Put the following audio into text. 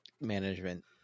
management